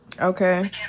Okay